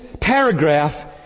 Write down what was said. paragraph